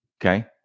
Okay